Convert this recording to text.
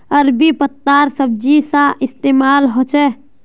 अरबी पत्तार सब्जी सा इस्तेमाल होछे